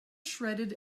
shredded